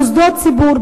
מוסדות ציבור,